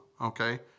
okay